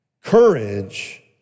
Courage